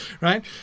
right